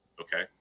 okay